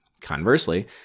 Conversely